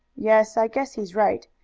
yes, i guess he's right.